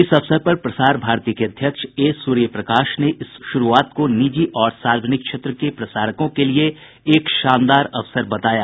इस अवसर पर प्रसार भारती के अध्यक्ष ए सूर्य प्रकाश ने इस शुरूआत को निजी और सार्वजनिक क्षेत्र के प्रसारकों के लिए एक शानदार अवसर बताया